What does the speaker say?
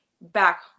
back